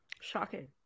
shocking